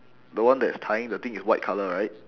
the one that's tying the thing is white colour right